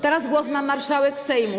Teraz głos ma marszałek Sejmu.